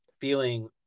feeling –